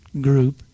group